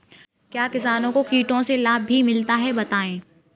क्या किसानों को कीटों से लाभ भी मिलता है बताएँ?